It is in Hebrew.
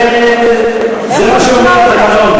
איך הוא ישמע אותם?